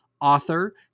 author